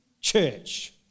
church